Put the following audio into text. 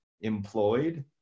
employed